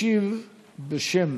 ישיב בשם